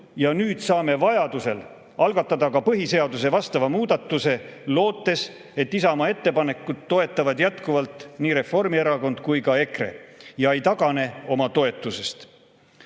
ja nüüd saame vajadusel algatada ka vastava põhiseadusemuudatuse, lootes, et Isamaa ettepanekut toetavad jätkuvalt nii Reformierakond kui ka EKRE ja nad ei tagane oma toetusest.